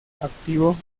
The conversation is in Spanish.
activo